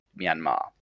Myanmar